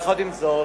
עם זאת,